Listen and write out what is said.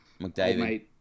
McDavid